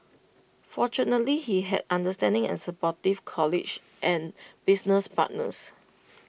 fortunately he has understanding and supportive college and business partners